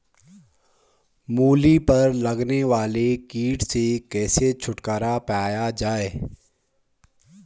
मूली पर लगने वाले कीट से कैसे छुटकारा पाया जाये?